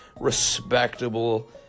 respectable